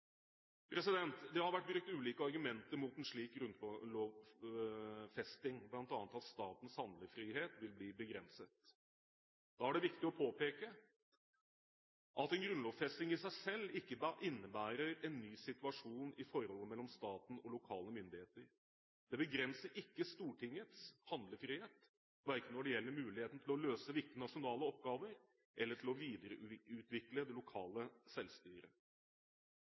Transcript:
Det har vært brukt ulike argumenter imot en slik grunnlovfesting, bl.a. at statens handlefrihet vil bli begrenset. Da er det viktig å påpeke at en grunnlovfesting i seg selv ikke innebærer en ny situasjon i forholdet mellom staten og lokale myndigheter. Det begrenser ikke Stortingets handlefrihet, verken når det gjelder muligheten til å løse viktige nasjonale oppgaver, eller til å videreutvikle det lokale selvstyret.